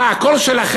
מה, הכול שלכם?